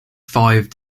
five